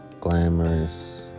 Glamorous